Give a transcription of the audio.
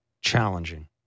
challenging